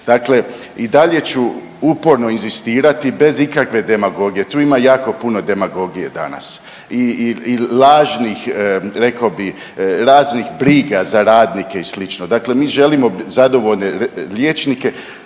Dakle i dalje ću uporno inzistirati bez ikakve demagogije, tu ima jako puno demagogije danas i lažnih, rekao bih, raznih briga za radnike i slično. Dakle mi želimo zadovoljne liječnike.